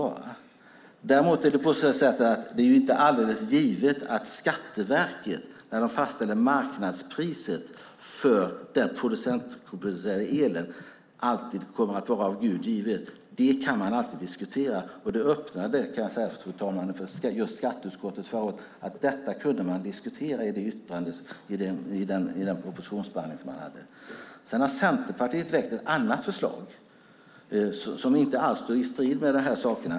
Man kan dock alltid diskutera om det ska vara av Gud givet att Skatteverket fastställer marknadspriset för den kooperativt producerade elen. Skatteutskottet öppnade för just detta i sin propositionsbehandling, fru talman. Centerpartiet väckte ett annat förslag som inte alls står i strid med dessa saker.